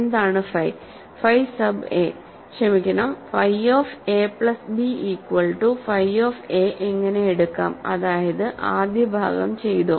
എന്താണ് phi phi sub A ക്ഷമിക്കണം phi of A plus B equal to phi of A അങ്ങിനെ എടുക്കാം അതായത് ആദ്യ ഭാഗം ചെയ്തു